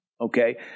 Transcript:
okay